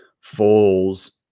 falls